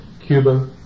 Cuba